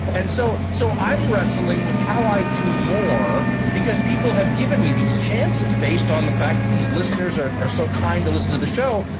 and so so i'm wrestling with how i do more. because people have given me these chances based on the fact that these listeners are are so kind to listen to the show.